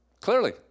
clearly